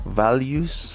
values